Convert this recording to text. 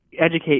educate